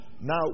Now